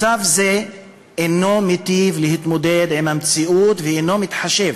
מצב זה אינו מיטיב להתמודד עם המציאות ואינו מתחשב